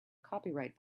copyright